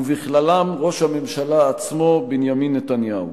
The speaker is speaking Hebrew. ובכללם ראש הממשלה עצמו בנימין נתניהו.